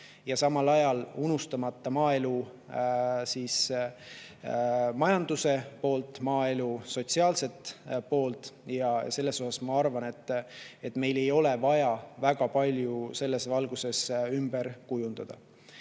samal ajal unustamata maaelu majanduse poolt, maaelu sotsiaalset poolt. Ma arvan, et meil ei ole vaja väga palju selles valguses ümber kujundada.